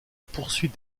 poursuite